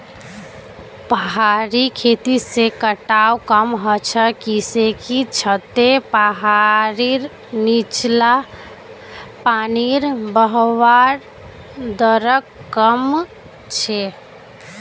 पहाड़ी खेती से कटाव कम ह छ किसेकी छतें पहाड़ीर नीचला पानीर बहवार दरक कम कर छे